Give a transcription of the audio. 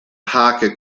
parker